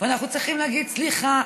ואנחנו צריכים להגיד סליחה